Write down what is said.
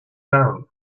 down